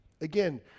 Again